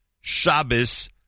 Shabbos